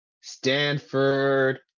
Stanford